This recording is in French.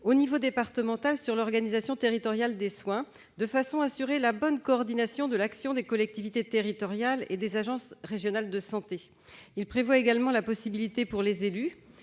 au niveau départemental, sur l'organisation territoriale des soins, de façon à assurer la bonne coordination de l'action des collectivités territoriales et des agences régionales de santé. Il prévoit également la possibilité, pour les élus,